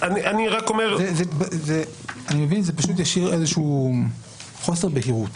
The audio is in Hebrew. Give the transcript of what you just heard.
זה פשוט ישאיר איזשהו חוסר בהירות,